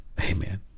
Amen